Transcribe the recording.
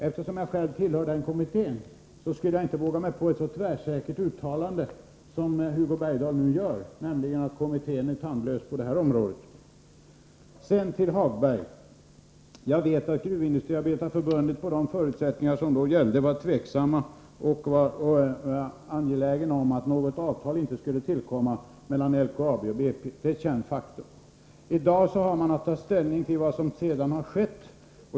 Eftersom jag själv tillhör denna kommitté, måste jag säga att jag inte skulle våga mig på ett så tvärsäkert uttalande som Hugo Bergdahl nu gör, nämligen att kommittén är tandlös på detta område. Till Lars-Ove Hagberg: Jag vet att Gruvindustriarbetareförbundet inför de förutsättningar som gällde hyste tvekan och var angeläget om att något avtal inte skulle träffas mellan LKAB och BP - det är ett känt faktum. I dag har man att ta ställning till vad som sedan har skett.